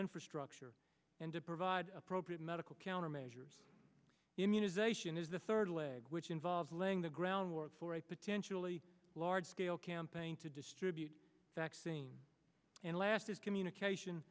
infrastructure and to provide appropriate medical countermeasures immunization is the third leg which involves laying the groundwork for a potentially large scale campaign to distribute vaccine and last is communication